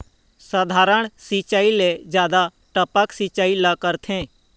साधारण सिचायी ले जादा टपक सिचायी ला करथे